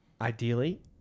ideally